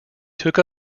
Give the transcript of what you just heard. took